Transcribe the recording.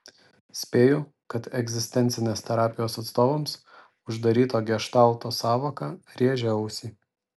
spėju kad egzistencinės terapijos atstovams uždaryto geštalto sąvoka rėžia ausį